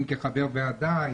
אם כחבר ועדה,